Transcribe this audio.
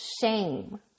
shame